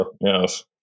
Yes